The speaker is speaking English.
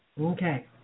Okay